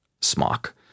smock